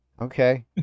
okay